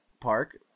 Park